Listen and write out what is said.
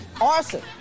arson